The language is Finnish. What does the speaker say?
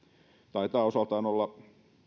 taitaa osaltaan olla